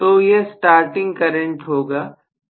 तो यह starting current होगा